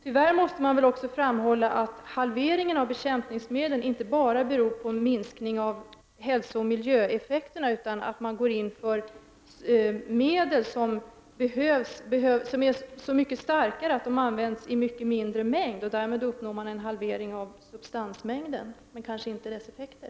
Tyvärr måste man väl också framhålla att halveringen av bekämpningsmedel inte bara beror på en minskning av hälsooch miljöeffekterna, utan att man går in för medel som är så mycket starkare att de används i betydligt mindre mängd. Därmed uppnår man en halvering av substansmängden, men kanske inte av dess effekter.